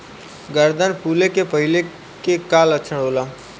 गर्दन फुले के पहिले के का लक्षण होला?